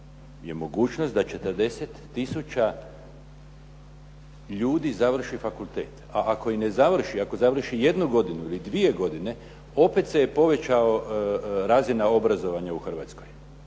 je mogućnost da 40 tisuća ljudi završi fakultet, a ako i ne završi, ako završi jednu godinu ili dvije godine, opet se je povećala razina obrazovanja u Hrvatskoj.